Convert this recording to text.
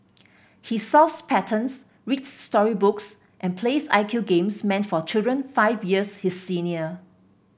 he solves patterns reads story books and plays I Q games meant for children five years his senior